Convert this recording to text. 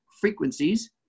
frequencies